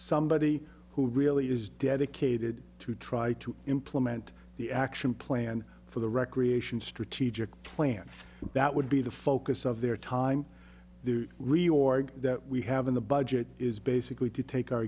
somebody who really is dedicated to try to implement the action plan for the recreation strategic plan that would be the focus of their time the reward that we have in the budget is basically to take our